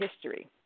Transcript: history